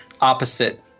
Opposite